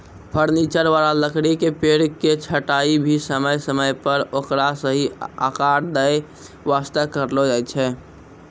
furniture वाला लकड़ी के पेड़ के छंटाई भी समय समय पर ओकरा सही आकार दै वास्तॅ करलो जाय छै